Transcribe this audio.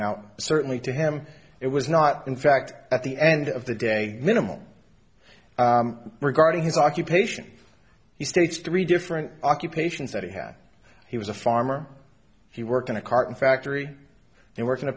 now certainly to him it was not in fact at the end of the day minimal regarding his occupation he states three different occupations that he had he was a farmer he worked in a carton factory and worked in a